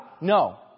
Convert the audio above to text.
No